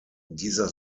dieser